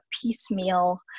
piecemeal